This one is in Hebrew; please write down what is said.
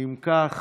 אם כך,